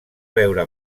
veure